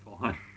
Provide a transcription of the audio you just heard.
fine